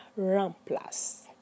remplace